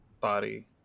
body